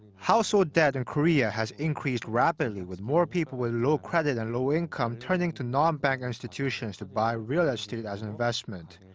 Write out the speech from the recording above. household debt in korea has increased rapidly. with more people with low credit and low income turning to non-bank institutions to buy real estate as an investment.